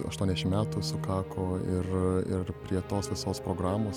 aštuoniasdešim metų sukako ir ir prie tos visos programos